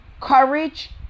courage